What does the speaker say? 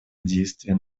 действия